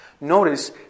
Notice